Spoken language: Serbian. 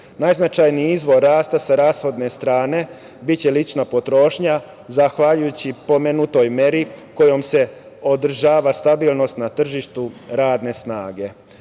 Najznačajniji izvor rasta sa rashodne strane će biti lična potrošnja zahvaljujući pomenutoj meri kojom se održava stabilnost na tržištu radne snage. Na